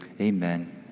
Amen